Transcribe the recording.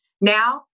Now